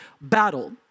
battle